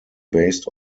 based